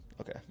Okay